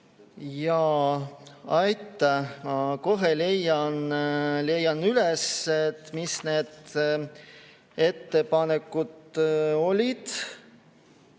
Jaa, aitäh! Ma kohe leian üles, mis need ettepanekud olid.